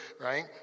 right